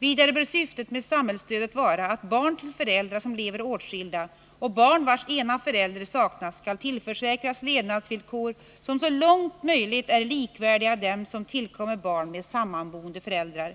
Vidare bör syftet med samhällsstödet vara att barn till föräldrar som lever åtskilda och barn vars ena förälder saknas skall tillförsäkras levnadsvillkor som så långt möjligt är likvärdiga dem som tillkommer barn med sammanboende föräldrar.